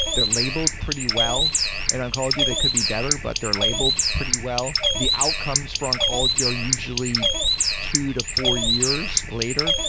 they're labeled pretty well in and oncology. they could be better, but they're labeled pretty well. the outcomes for oncology are usually two to four years later.